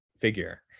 figure